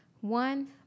one